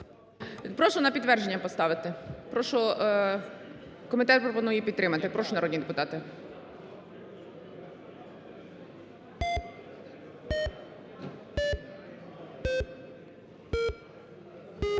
Прошу на підтвердження поставити. Комітет пропонує її підтримати. Прошу, народні депутати.